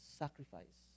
sacrifice